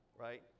right